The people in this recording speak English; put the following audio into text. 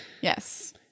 Yes